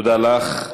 תודה לך.